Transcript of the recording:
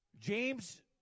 James